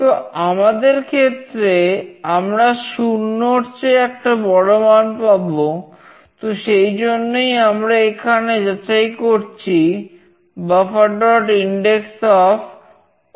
তো আমাদের ক্ষেত্রে আমরা 0 র চেয়ে বড় একটা মান পাব তো সেই জন্যই আমরা এখানে যাচাই করছি bufferindexOf অন আছে কিনা